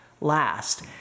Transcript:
last